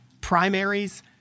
primaries